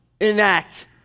enact